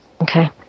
okay